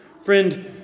Friend